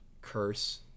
curse